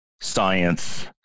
science